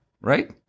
right